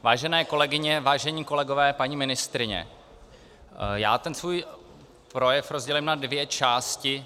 Vážené kolegyně, vážení kolegové, paní ministryně, já ten svůj projev rozdělím na dvě části.